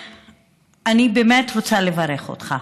אני באמת רוצה לברך אותך,